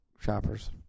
Shoppers